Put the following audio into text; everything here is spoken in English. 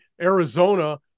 Arizona